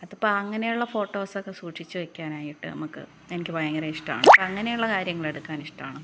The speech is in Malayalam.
അതിപ്പോൾ അങ്ങനെയുള്ള ഫോട്ടോസ് ഒക്കെ സൂക്ഷിച്ച് വെയ്ക്കാനായിട്ട് നമുക്ക് എനിക്ക് ഭയങ്കര ഇഷ്ടമാണ് അപ്പോൾ അങ്ങനെയുള്ള കാര്യങ്ങൾ എടുക്കാന് ഇഷ്ടമാണ്